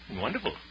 wonderful